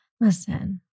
listen